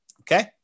Okay